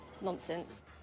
nonsense